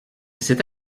cette